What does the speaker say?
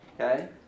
okay